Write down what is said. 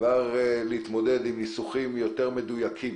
להתמודד עם ניסוחים יותר מדויקים.